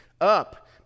up